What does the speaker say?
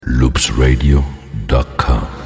loopsradio.com